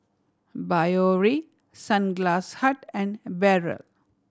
Biore Sunglass Hut and Barrel